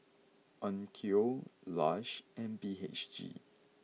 Onkyo Lush and B H G